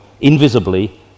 invisibly